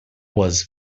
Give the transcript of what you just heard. was